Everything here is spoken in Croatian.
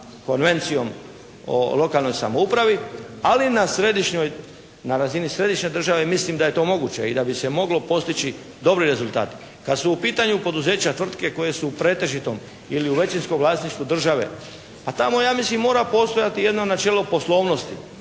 Konvencijom o lokalnoj samoupravi. Ali na razini središnje države mislim da je to moguće i da bi se moglo postići dobri rezultati kad su u pitanju poduzeća tvrtke koje su u pretežitom ili većinskom vlasništvu države. Pa tamo ja mislim mora postojati jedno načelo poslovnosti.